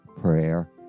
prayer